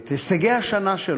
ראש הממשלה העלה את הישגי השנה שלו.